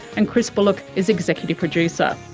and chris bullock is executive producer.